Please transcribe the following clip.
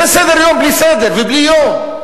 זה סדר-יום בלי סדר ובלי יום,